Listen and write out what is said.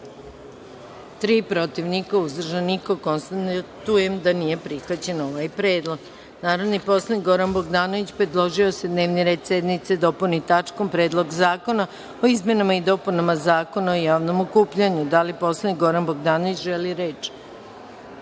protiv – niko, uzdržanih – nema. Konstatujem da nije prihvaćen ovaj predlog. Narodni poslanik Goran Bogdanović predložio je da se dnevni red sednice dopuni tačkom – Predlog zakona o izmenama i dopunama Zakona o javnom okupljanju. Da li poslanik Goran Bogdanović želi reč?